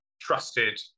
trusted